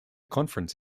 conference